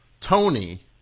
Tony